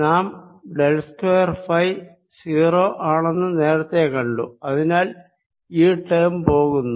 നാം del square phi 0 ആണെന്ന് നേരത്തെ കണ്ടു അതിനാൽ ഈ ടേം പോകുന്നു